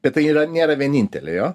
bet tai yra nėra vienintelė jo